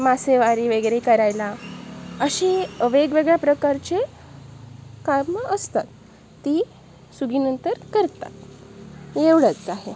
मासेमारी वगैरे करायला अशी वेगवेगळ्या प्रकारचे कामं असतात ती सुगीनंतर करतात एवढंच आहे